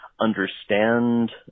understand